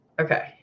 Okay